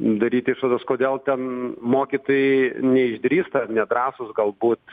daryt išvadas kodėl ten mokytojai neišdrįsta nedrąsūs galbūt